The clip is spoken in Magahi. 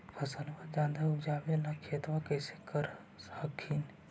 फसलबा ज्यादा उपजाबे ला खेतबा कैसे तैयार कर हखिन?